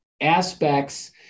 aspects